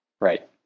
Right